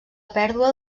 pèrdua